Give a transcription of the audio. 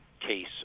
case